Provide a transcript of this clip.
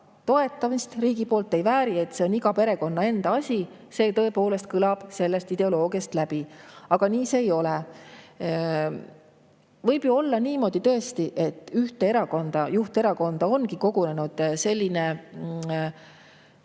toetamist ja et [hakkamasaamine] on iga perekonna enda asi, tõepoolest kõlab sellest ideoloogiast läbi. Aga nii see ei ole. Võib ju olla niimoodi tõesti, et ühte erakonda, juhterakonda ongi kogunenud selline